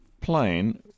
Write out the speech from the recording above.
plane